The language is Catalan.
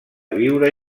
viure